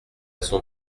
son